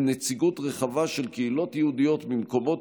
עם נציגות רחבה של קהילות יהודיות במקומות